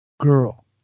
girl